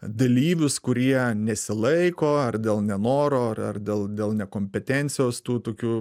dalyvius kurie nesilaiko ar dėl nenoro ar dėl dėl nekompetencijos tų tokių